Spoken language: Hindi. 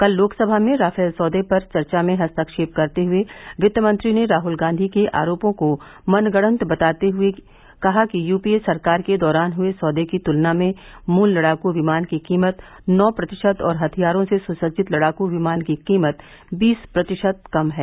कल लोकसभा में राफेल सौदे पर चर्चा में हस्तक्षेप करते हुए वित्त मंत्री ने राहुल गांधी के आरोपों को मनगढंत बताते हुए कहा कि यूपीए सरकार के दौरान हुए सौदे की तुलना में मूल लड़ाकू विमान की कीमत नौ प्रतिशत और हथियारों से सुसज्जित लड़ाकू विमान की कीमत बीस प्रतिशत कम है